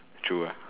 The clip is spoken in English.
true ah